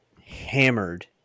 hammered